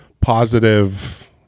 positive